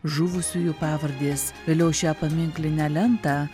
žuvusiųjų pavardės vėliau šią paminklinę lentą